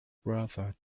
brother